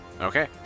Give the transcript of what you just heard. Okay